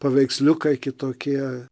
paveiksliukai kitokie